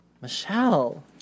Michelle